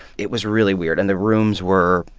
it was really weird. and the rooms were,